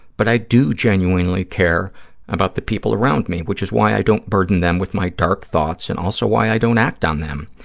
but i do genuinely care about the people around me, which is why i don't burden them with my dark thoughts and also why i don't act on them.